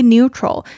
Neutral